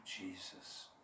Jesus